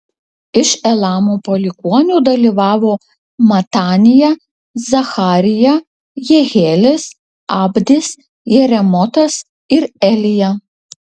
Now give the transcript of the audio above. iš elamo palikuonių dalyvavo matanija zacharija jehielis abdis jeremotas ir elija